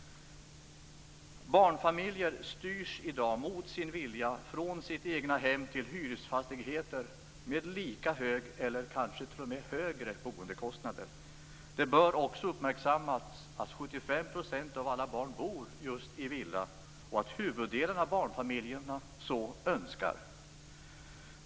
Barnfamiljer styrs i dag mot sin vilja från egnahem till hyresfastigheter med lika höga eller t.o.m. högre boendekostnader. Det bör också uppmärksammas att 75 % av alla barn bor just i villa och att huvuddelen av barnfamiljerna så önskar.